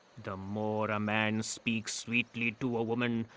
the more a man speaks sweetly to a woman,